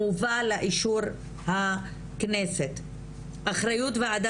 קיבלתם פה ניתוחים שלא עונים אפילו על